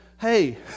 hey